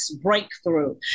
breakthrough